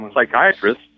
psychiatrist